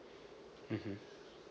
mmhmm